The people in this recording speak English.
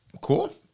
cool